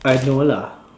I know lah